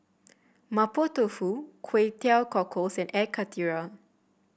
Mapo Tofu Kway Teow Cockles and Air Karthira